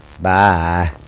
Bye